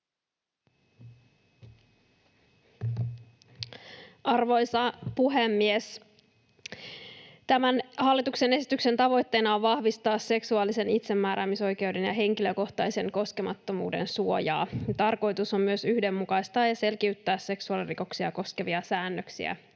Arvoisa puhemies! Tämän hallituksen esityksen tavoitteena on vahvistaa seksuaalisen itsemääräämisoikeuden ja henkilökohtaisen koskemattomuuden suojaa. Tarkoitus on myös yhdenmukaistaa ja selkiyttää seksuaalirikoksia koskevia säännöksiä